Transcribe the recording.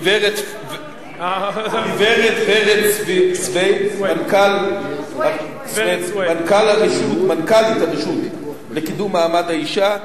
גברת ורד סוויד, מנכ"לית הרשות לקידום מעמד האשה,